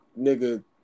nigga